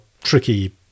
tricky